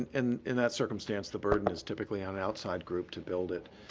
in in that circumstance, the burden is typically on an outside group to build it,